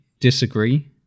disagree